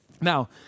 Now